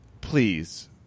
please